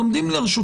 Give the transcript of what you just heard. אלה כרטיסים שמים.